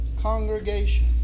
congregation